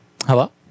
Hello